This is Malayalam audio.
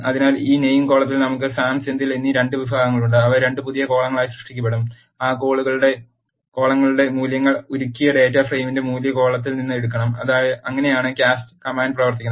അതിനാൽ ഈ നെയിം കോളത്തിൽ നമുക്ക് സാം സെന്തിൽ എന്നീ 2 വിഭാഗങ്ങളുണ്ട് അവ 2 പുതിയ കോളങ്ങളായി സൃഷ്ടിക്കപ്പെടും ആ കോളങ്ങളുടെ മൂല്യങ്ങൾ ഉരുകിയ ഡാറ്റ ഫ്രെയിമിന്റെ മൂല്യ കോളത്തിൽ നിന്ന് എടുക്കണം അങ്ങനെയാണ് കാസ്റ്റ് കമാൻഡ് പ്രവർത്തിക്കുന്നത്